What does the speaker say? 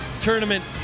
tournament